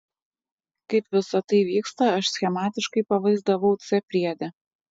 kaip visa tai vyksta aš schematiškai pavaizdavau c priede